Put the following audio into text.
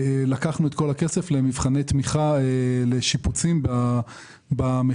לקחנו את כל הכסף למבחני תמיכה לשיפוצים במכינות.